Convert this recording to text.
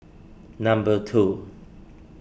number two